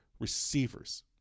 receivers